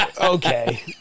Okay